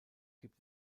gibt